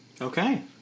Okay